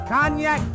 Cognac